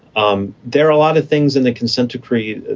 um there are a lot of things in the consent decree.